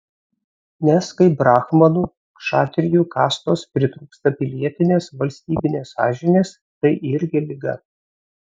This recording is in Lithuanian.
nes kai brahmanų kšatrijų kastos pritrūksta pilietinės valstybinės sąžinės tai irgi liga